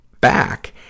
back